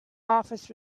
office